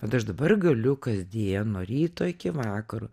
vat aš dabar galiu kasdien nuo ryto iki vakaro